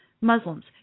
Muslims